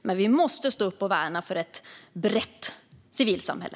Men vi måste stå upp för och värna ett brett civilsamhälle.